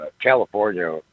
California